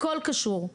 הכול קשור.